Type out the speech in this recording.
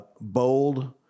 bold